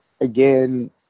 again